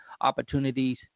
opportunities